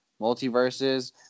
multiverses